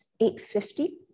8.50